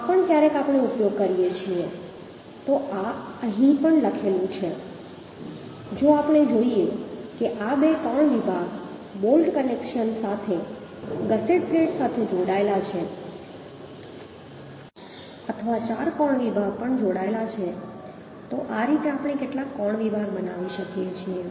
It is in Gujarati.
આ પણ ક્યારેક આપણે ઉપયોગ કરીએ છીએ તો આ અહીં પણ લખેલું છે જો આપણે જોઈએ કે આ બે કોણ વિભાગ બોલ્ટ કનેક્શન સાથે ગસેટ પ્લેટ સાથે જોડાયેલા છે અથવા ચાર કોણ વિભાગ પણ જોડાયેલા છે તો આ રીતે આપણે કેટલાક કોણ વિભાગ બનાવી શકીએ છીએ